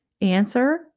answer